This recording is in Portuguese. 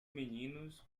meninos